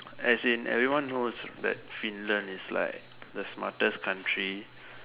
as in everyone knows that Finland is like the smartest country